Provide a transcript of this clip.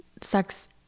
sex